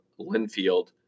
Linfield